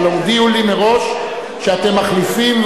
אבל הודיעו לי מראש שאתם מתחלפים,